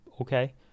okay